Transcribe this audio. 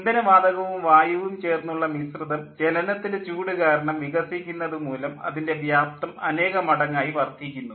ഇന്ധന വാതകവും വായുവും ചേർന്നുള്ള മിശ്രിതം ജ്വലനത്തിൻ്റെ ചൂട് കാരണം വികസിക്കുന്നതു മൂലം അതിൻ്റെ വ്യാപ്തം അനേക മടങ്ങായി വർദ്ധിക്കുന്നു